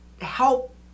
help